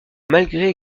malgré